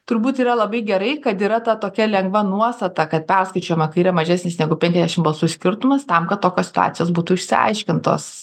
turbūt yra labai gerai kad yra ta tokia lengva nuostata kad perskaičiuojama kai yra mažesnis negu penkiasdešim balsų skirtumas tam kad tokios situacijos būtų išsiaiškintos